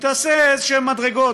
שהיא תעשה איזה מדרגות.